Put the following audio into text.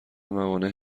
موانع